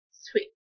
Sweet